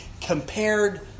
compared